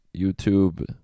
YouTube